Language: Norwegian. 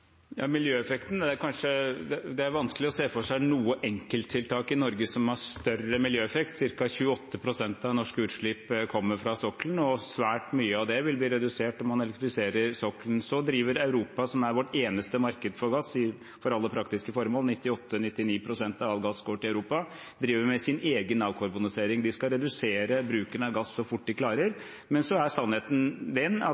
Det er vanskelig å se for seg noe enkelttiltak i Norge som har større miljøeffekt. Cirka 28. pst. av norske utslipp kommer fra sokkelen, og svært mye av det vil bli redusert om man elektrifiserer sokkelen. Og så driver Europa, som for alle praktiske formål er vårt eneste marked for gass – 98–99 pst. av all gass går til Europa – med sin egen avkarbonisering. De skal redusere bruken av gass så fort de klarer, men så er sannheten den at